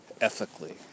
Ethically